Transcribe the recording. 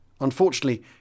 Unfortunately